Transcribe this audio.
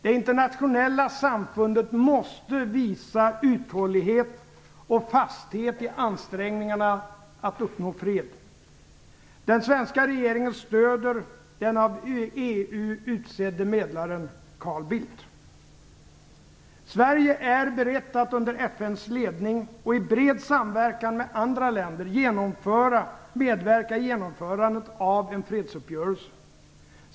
Det internationella samfundet måste visa uthållighet och fasthet i ansträngningarna att uppnå varaktig fred. Den svenska regeringen stöder den av Sverige är berett att under FN:s ledning och i bred samverkan med andra länder medverka i genomförandet av en fredsuppgörelse.